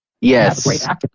Yes